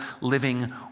living